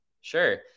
sure